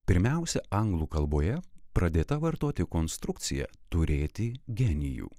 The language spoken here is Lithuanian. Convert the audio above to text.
pirmiausia anglų kalboje pradėta vartoti konstrukcija turėti genijų